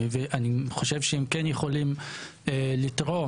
אני חושב שהם כן יכולים לתרום.